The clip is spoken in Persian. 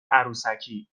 عروسکی